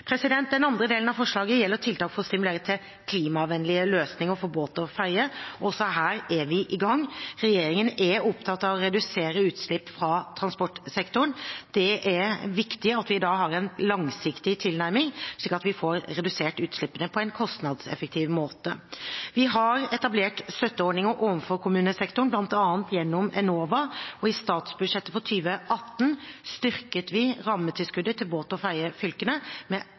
Den andre delen av forslaget gjelder tiltak for å stimulere til klimavennlige løsninger for båt og ferje, og også her er vi i gang. Regjeringen er opptatt av å redusere utslipp fra transportsektoren. Det er viktig at vi da har en langsiktig tilnærming, slik at vi får redusert utslippene på en kostnadseffektiv måte. Vi har etablert støtteordninger overfor kommunesektoren, bl.a. gjennom Enova, og i statsbudsjettet for 2018 styrket vi rammetilskuddet til båt- og ferjefylkene med